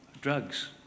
drugs